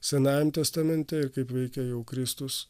senajam testamente ir kaip veikia jau kristus